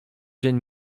dzień